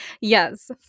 yes